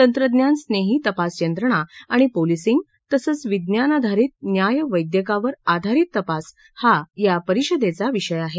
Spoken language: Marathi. तंत्रज्ञान स्नेही तपास यंत्रणा आणि पोलिसिंग तसंच विज्ञानाधरित न्यायवैदयकावर आधारित तपास हा या परिषदेचा विषय आहे